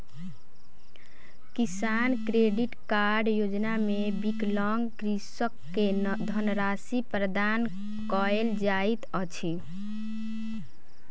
किसान credit card योजना मे विकलांग कृषक के धनराशि प्रदान कयल जाइत अछि